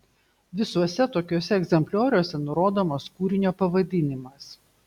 visuose tokiuose egzemplioriuose nurodomas kūrinio pavadinimas